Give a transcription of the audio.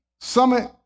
Summit